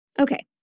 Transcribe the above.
Okay